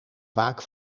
vaak